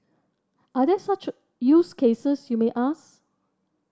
are there such use cases you may ask